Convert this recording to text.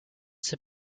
sait